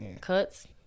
cuts